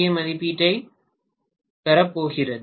ஏ மதிப்பீட்டைப் பெறப்போகிறது